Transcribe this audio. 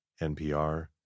NPR